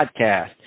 podcast